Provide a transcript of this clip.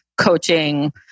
coaching